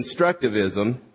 Constructivism